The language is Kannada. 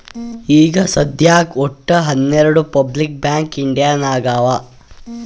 ಈಗ ಸದ್ಯಾಕ್ ವಟ್ಟ ಹನೆರ್ಡು ಪಬ್ಲಿಕ್ ಬ್ಯಾಂಕ್ ಇಂಡಿಯಾ ನಾಗ್ ಅವಾ